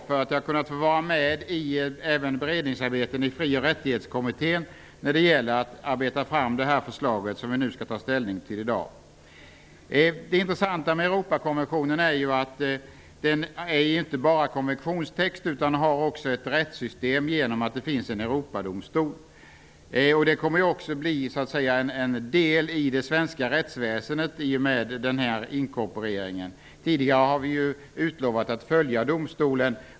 Jag har kunnat vara med i beredningsarbetet i Fri och rättighetskommittén för att arbeta fram det förslag som vi i dag skall ta ställning till. Det intressanta med Europakonventionen är att det inte bara är fråga om en kommissionstext utan också innefattar ett rättssystem genom att det finns en Europadomstol. Det kommer också att bli en del i det svenska rättsväsendet i och med inkorporeringen. Tidigare har vi utlovat att följa domstolen.